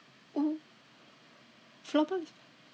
um floorball